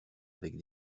avec